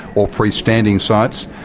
or freestanding sites.